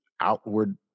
outward